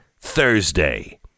Thursday